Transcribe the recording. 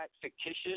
fictitious